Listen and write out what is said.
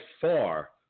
far